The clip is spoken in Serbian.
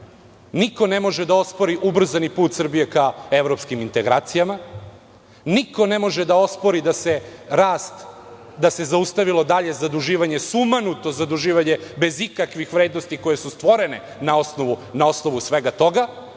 Niko ne može da ospori ubrzani put Srbije ka evropskim integracijama. Niko ne može da ospori da se zaustavilo dalje zaduživanje, sumanuto zaduživanje bez ikakvih vrednosti, koje su stvorene na osnovu svega toga.